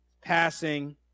passing